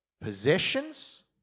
possessions